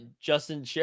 Justin